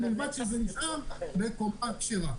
ובלבד שזה נפתר בקומה כשרה.